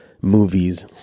movies